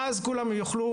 ואז כולם יוכלו,